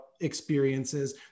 experiences